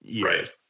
Right